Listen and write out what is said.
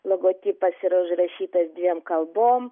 logotipas yra užrašytas dviem kalbom